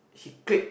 she click